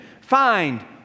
find